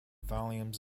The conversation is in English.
volumes